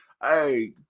Hey